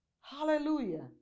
Hallelujah